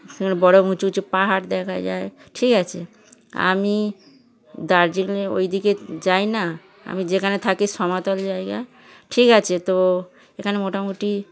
সেখানে বড় উঁচু উঁচু পাহাড় দেখা যায় ঠিক আছে আমি দার্জিলিংয়ে ওদিকে যাই না আমি যেখানে থাকি সমতল জায়গা ঠিক আছে তো এখানে মোটামুটি